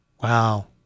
Wow